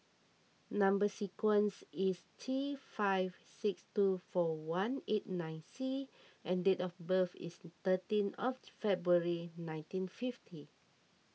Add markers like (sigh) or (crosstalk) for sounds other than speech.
Number Sequence is T five six two four one eight nine C and date of birth is thirteen of (noise) February nineteen fifty